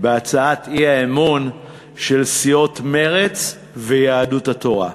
בהצעת האי-אמון של סיעות מרצ ויהדות התורה.